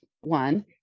one